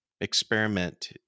experiment